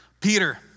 Peter